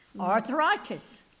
arthritis